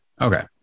Okay